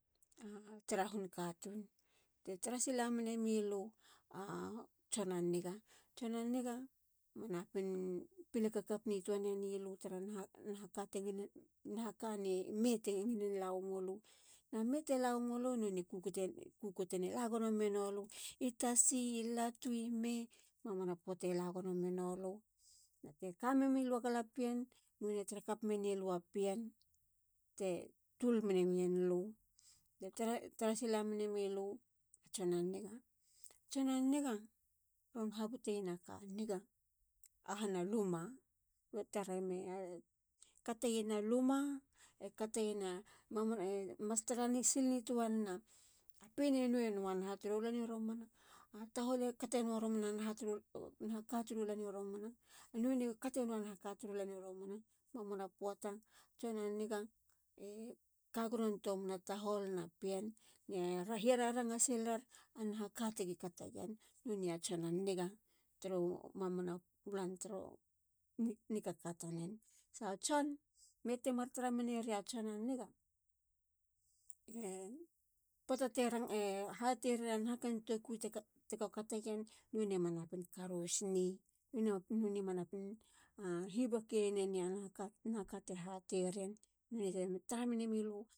Tara hun katun te tara sila menemilu a tson a niga. tson a niga. tson a niga. manapin pile kakap nitoa nene lu tara nahaka. ne ime te ngilin la wamlu. ne metelawamulu. nonei kukutena. e la gonomenolu. i tasi. i latu. i me. mamana poate lagonomenolu. na. na te kamemilua galapien. nonei tara kap mene lua pien te tuol menemien lu. te tara sila menemilu. a tson a niga. tson a niga. ron habuteyena ka niga. rehena luma. lue tareyeme kate yena luma. e kateyena. e mas tarasilnitoa nena, a pien e noweno aha turu lan i romana. a tahol a kate nowa nahakaa turu lani romana. mamana poata. a tson a niga e kagonontoa mena tahol na pien. e hiararanga siler a nahaka tigi kateyen. nonei a tson a niga turu mamanu lan. turu nikaka tanen. sa tson. sa tson. metemar tarameneria tson a niga. a. a poata te hateria nahaken tokui tego kateyen. none manapin karos ni. none manapin a hibake nene a nahaka te haterien. none te mar tara mene milu.